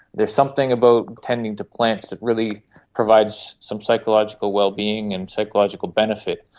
there's something about tending to plants that really provides some psychological well-being and psychological benefit,